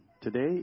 Today